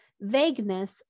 Vagueness